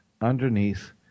underneath